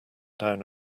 down